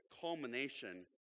culmination